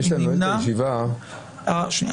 הצבעה אושר.